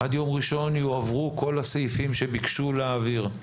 עד יום ראשון יועברו כל הסעיפים שביקשו להעביר.